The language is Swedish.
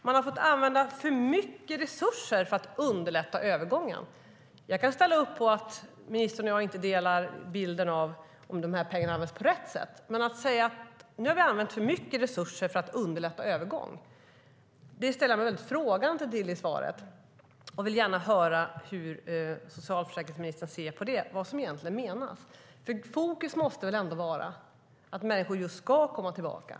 Man har fått använda för mycket resurser för att underlätta övergången! Jag kan ställa upp på att ministern och jag inte delar bilden av om pengarna används på rätt sätt, men att säga att för mycket resurser har använts för att underlätta övergång ställer jag mig frågande till. Jag vill gärna höra vad socialförsäkringsministern egentligen menar. Fokus måste väl ändå vara på att människor ska komma tillbaka.